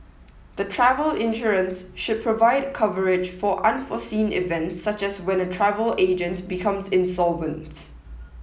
the travel insurance should provide coverage for unforeseen events such as when a travel agent becomes insolvent